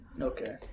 Okay